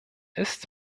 ist